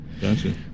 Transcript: Gotcha